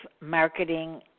marketing